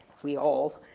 we all.